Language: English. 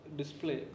display